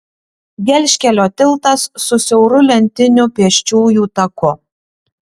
gelžkelio tiltas su siauru lentiniu pėsčiųjų taku